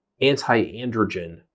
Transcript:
Anti-androgen